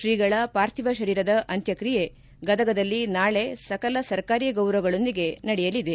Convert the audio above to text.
ಶ್ರೀಗಳ ಪಾರ್ಥಿವ ಶರೀರದ ಅಂತ್ಯಕ್ರಿಯೆ ಗದಗದಲ್ಲಿ ನಾಳೆ ಸಕಲ ಸರ್ಕಾರಿ ಗೌರವಗಳೊಂದಿಗೆ ನಡೆಯಲಿದೆ